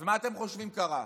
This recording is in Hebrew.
אז מה אתם חושבים שקרה?